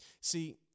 See